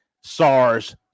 SARS